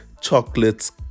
chocolates